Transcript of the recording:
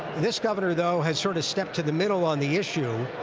this governor, though, has sort of stepped to the middle on the issue,